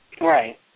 right